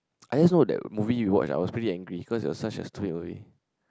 I just know that movie we watched I was pretty angry because it was such a stupid movie